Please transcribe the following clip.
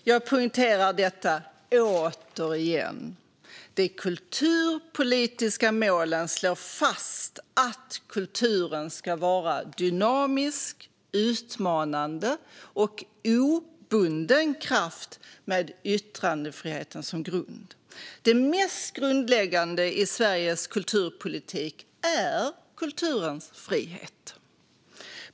Fru talman! Jag poängterar detta återigen: De kulturpolitiska målen slår fast att kulturen ska vara en dynamisk, utmanande och obunden kraft med yttrandefriheten som grund. Det mest grundläggande i Sveriges kulturpolitik är kulturens frihet.